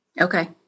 Okay